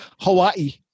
Hawaii